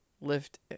lift